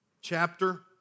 chapter